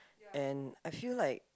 and I feel like